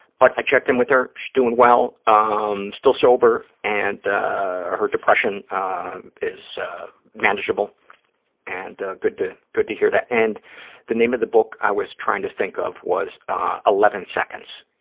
but i checked in with her. she's doing well, um still sober, and her depression is manageable and good to good to hear that. and the name of the book i was trying to think of was eleven seconds.